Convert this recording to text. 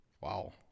Wow